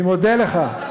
אני מודה לך.